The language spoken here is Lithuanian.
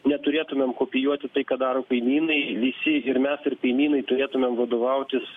neturėtumėm kopijuoti tai ką daro kaimynai visi ir mes ir kaimynai turėtumėm vadovautis